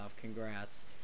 Congrats